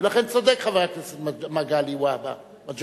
לכן צודק חבר הכנסת מגלי והבה.